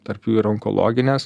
tarp jų ir onkologines